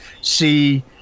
see